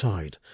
Tide